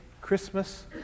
Christmas